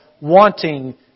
wanting